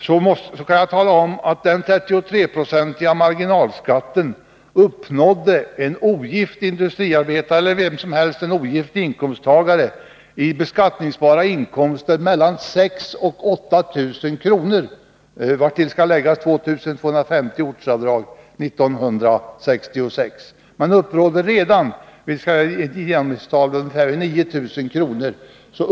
Då kan jag tala om att en ogift industriarbetare, eller en annan ogift inkomsttagare, uppnådde 33 90 marginalskatt vid beskattningsbara inkomster på mellan 6 000 och 8 000 kr., vartill skall läggas 2 250 kr. i ortsavdrag 1966. Redan vid i genomsnitt 9 000 kr.